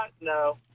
No